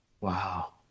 Wow